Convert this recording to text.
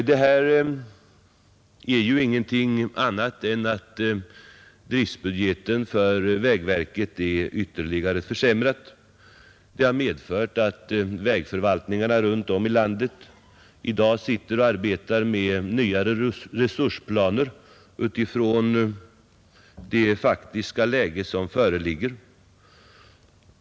Detta betyder ju ingenting annat än att driftbudgeten för vägverket blir ytterligare försämrad. Det har medfört att vägförvaltningarna runt om i landet i dag sitter och arbetar med nya resursplaner utifrån det faktiska läge som föreligger.